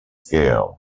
scale